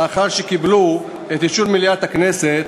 לאחר שקיבלו את אישור מליאת הכנסת,